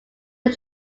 are